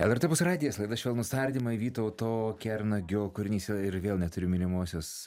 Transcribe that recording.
lrt opus radijas laida švelnūs tardymai vytauto kernagio kūrinys ir vėl neturiu mylimosios